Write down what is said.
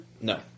no